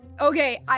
Okay